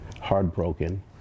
heartbroken